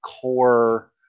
core